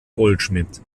goldschmidt